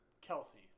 Kelsey